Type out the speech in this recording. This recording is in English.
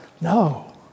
No